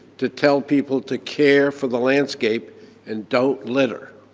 to tell people to care for the landscape and don't litter.